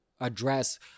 address